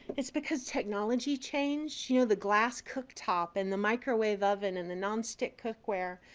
it's because technology changed. you know, the glass cooktop and the microwave oven and the nonstick cookware.